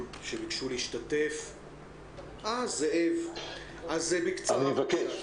הארצית, זאב גולדבלט, בקצרה בבקשה.